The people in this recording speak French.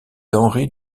d’henri